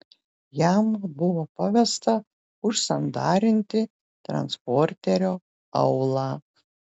jam buvo pavesta užsandarinti transporterio aulą